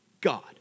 God